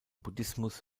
buddhismus